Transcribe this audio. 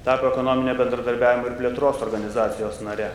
tapo ekonominio bendradarbiavimo ir plėtros organizacijos nare